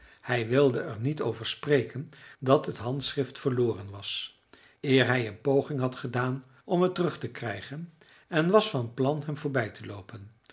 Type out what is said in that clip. hij wilde er niet over spreken dat het handschrift verloren was eer hij een poging had gedaan om het terug te krijgen en was van plan hem voorbij te loopen